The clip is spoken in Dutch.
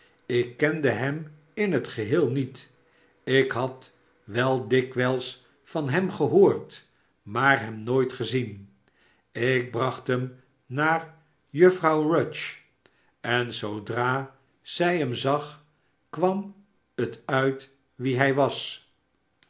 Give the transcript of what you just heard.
ik kende hem in het geheel niet ik had wel dikwijls van hem gehoord maar hem nooit gezien ik bracht hem naar juffrouw rudge en zoodra zij hem zag kwam het uit wie hij was